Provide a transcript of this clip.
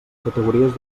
categories